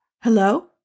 Hello